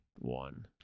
one